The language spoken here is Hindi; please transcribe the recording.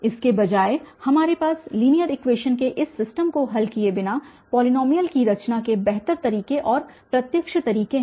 इसके बजाय हमारे पास लीनियर इक्वेशन्स के इस सिस्टम को हल किए बिना पॉलीनॉमियल की रचना के बेहतर तरीके और प्रत्यक्ष तरीके हैं